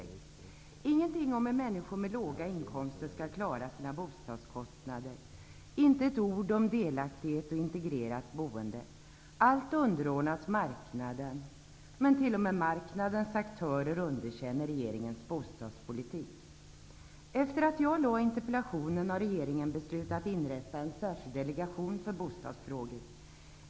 Här finns ingenting om hur människor med låga inkomster skall klara sina bostadskostnader, och inte ett ord om delaktighet och integrerat boende. Allt underordnas marknaden. Men t.o.m. marknadens aktörer underkänner regeringens bostadspolitik. Efter det att jag väckte interpellationen har regeringen beslutat inrätta en särskild delegation för bostadsfrågor.